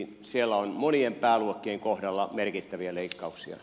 siellä on monien pääluokkien kohdalla merkittäviä leikkauksia